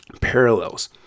parallels